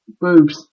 Boobs